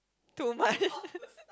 too much